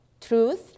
Truth